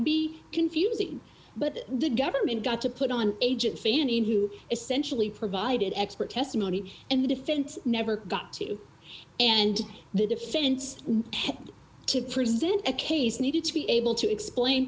be confusing but the government got to put on agent fanning who essentially provided expert testimony and the defense never got to and the defense had to present a case needed to be able to explain